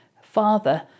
father